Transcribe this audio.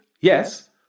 yes